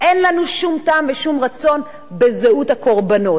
אין לנו שום טעם ושום רצון בזהות הקורבנות.